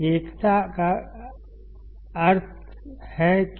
एकता का अर्थ है क्या